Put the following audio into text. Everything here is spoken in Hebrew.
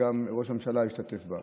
שגם ראש הממשלה השתתף בה.